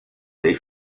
des